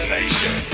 Nation